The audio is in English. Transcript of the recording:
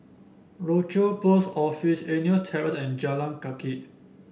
Rochor Post Office Eunos Terrace and Jalan Kathi